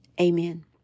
Amen